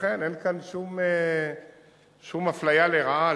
ולכן אין כאן שום אפליה לרעה,